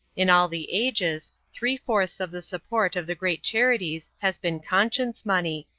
in all the ages, three-fourths of the support of the great charities has been conscience-money,